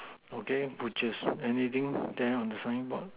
okay which is anything there on the signboard